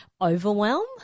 overwhelm